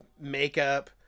makeup